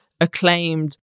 acclaimed